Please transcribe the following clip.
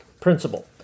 Principle